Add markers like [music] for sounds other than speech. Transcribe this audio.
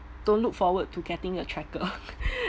don't look forward to getting a tracker [laughs]